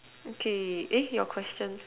okay eh your question